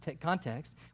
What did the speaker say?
context